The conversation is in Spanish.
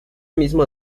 mismo